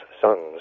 sons